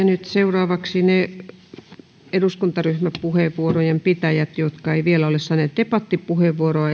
nyt seuraavaksi ne eduskuntaryhmäpuheenvuorojen pitäjät jotka eivät vielä ole saaneet debattipuheenvuoroa